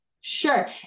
sure